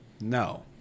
No